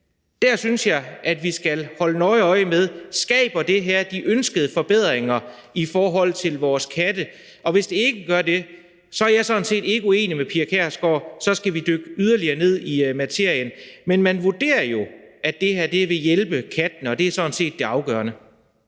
evalueres, skal vi holde nøje øje med, om det her skaber de ønskede forbedringer i forhold til vores katte, og hvis ikke det gør det, er jeg sådan set ikke uenig med fru Pia Kjærsgaard i, at så skal vi dykke yderligere ned i materien. Men man vurderer jo, at det her vil hjælpe kattene, og det er sådan set det afgørende.